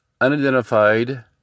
unidentified